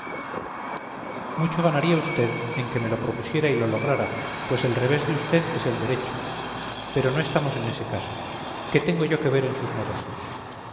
mucho ganaría usted en que me lo propusiera y lo lograra pues el revés de usted es el derecho pero no estamos en ese caso qué tengo yo que ver en sus negocios